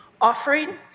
offering